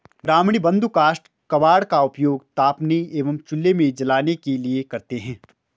ग्रामीण बंधु काष्ठ कबाड़ का उपयोग तापने एवं चूल्हे में जलाने के लिए करते हैं